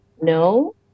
No